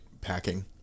packing